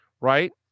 right